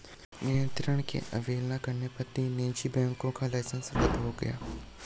नियंत्रण की अवहेलना करने पर तीन निजी बैंकों का लाइसेंस रद्द हो गया